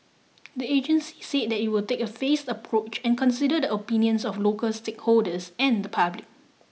the agency said it will take a phased approach and consider the opinions of local stakeholders and the public